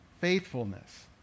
faithfulness